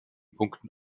punkten